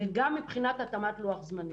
וגם מבחינת התאמת לוח זמנים.